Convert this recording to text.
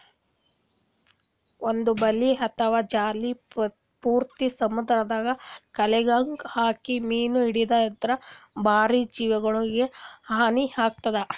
ಒಂದ್ ಬಲಿ ಅಥವಾ ಜಾಲಿ ಪೂರ್ತಿ ಸಮುದ್ರದ್ ಕೆಲ್ಯಾಗ್ ಹಾಕಿ ಮೀನ್ ಹಿಡ್ಯದ್ರಿನ್ದ ಬ್ಯಾರೆ ಜೀವಿಗೊಲಿಗ್ ಹಾನಿ ಆತದ್